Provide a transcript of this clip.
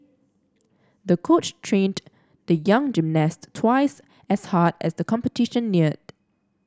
the coach trained the young gymnast twice as hard as the competition neared